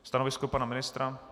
Stanovisko pana ministra?